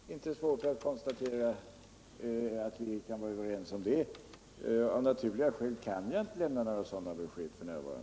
Herr talman! Det är inte svårt att konstatera att vi kan vara överens om det. Av naturliga skäl kan jag inte lämna några sådana besked f. n.